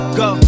go